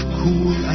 cool